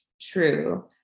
true